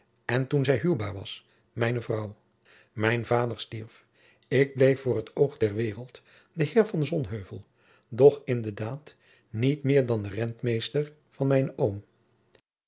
en toen zij huwbaar was mijne vrouw mijn vader stierf ik bleef voor t oog der waereld de heer van sonheuvel doch in de daad niet meer dan de rentmeester van mijnen oom